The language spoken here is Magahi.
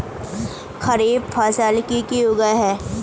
खरीफ फसल की की उगैहे?